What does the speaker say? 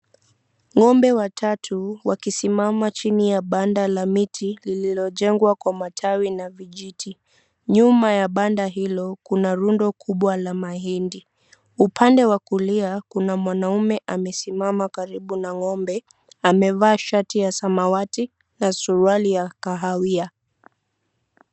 Ng'ombe watatu wakisimama chini ya banda la miti lililojengwa kwa matawi na vijiti. Nyuma ya banda hilo kuna rundo kubwa la mahindi. Upande wa kulia kuna mwanamume amesimama karibu na ng'ombe, amevaa shati ya samawati na suruali ya kahawia.